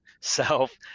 self